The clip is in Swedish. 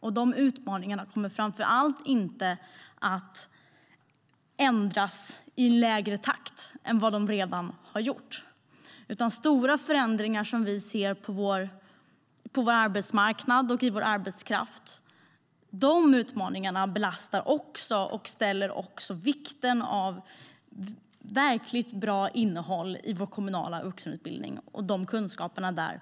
Framför allt kommer detta inte att ske i lägre takt än vad som redan skett. De utmaningar i form av stora förändringar som vi ser på vår arbetsmarknad och i vår arbetskraft ställer också vikten av ett verkligt bra innehåll och bra kunskaper i vår kommunala vuxenutbildning på sin spets.